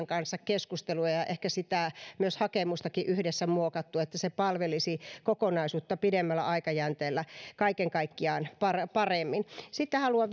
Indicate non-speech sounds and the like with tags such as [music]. [unintelligible] kanssa keskustelua ja ehkä sitä hakemustakin yhdessä muokattu että se palvelisi kokonaisuutta pidemmällä aikajänteellä kaiken kaikkiaan paremmin paremmin sitten haluan [unintelligible]